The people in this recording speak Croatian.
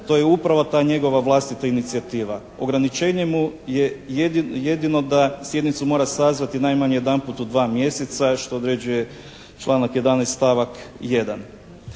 to je upravo ta njegova vlastita inicijativa. Ograničenje mu je jedino da sjednicu mora sazvati najmanje jedanput u 2 mjeseca što određuje članak 11. stavak 1.